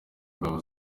ngabo